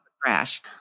crash